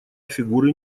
фигуры